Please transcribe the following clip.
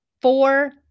four